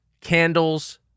candles